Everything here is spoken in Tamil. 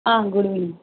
ஆ குட்ஈவினிங்